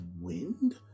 wind